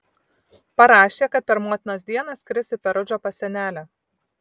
parašė kad per motinos dieną skris į perudžą pas senelę